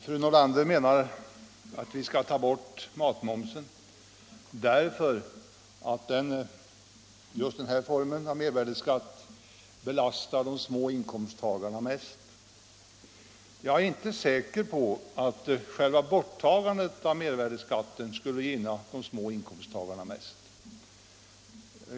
Fru Nordlander menar att vi skall ta bort matmomsen, därför att just denna form av mervärdeskatt belastar de små inkomsttagarna mest. Jag är inte säker på att själva borttagandet av mer värdeskatt skulle gynna de små inkomsttagarna mest.